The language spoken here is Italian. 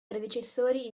predecessori